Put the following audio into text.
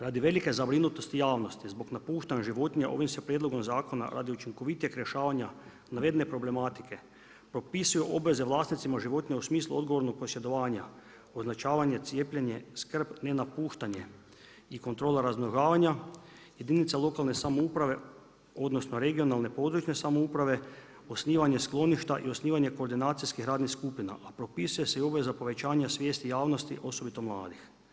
Radi velike zabrinutosti javnosti zbog napuštanja životinja ovim se prijedlogom zakona radi učinkovitijeg rješavanja navedene problematike propisuju obveze vlasnicima životinja u smislu odgovornog posjedovanja, označavanje, cijepljenje, skrb, nenapuštanje i kontrola razmnožavanja jedinice lokalne samouprave odnosno regionalne, područne samouprave osnivanje skloništa i osnivanje koordinacijskih radnih skupina a propisuje se i obveza povećanja svijesti javnosti osobito mladih.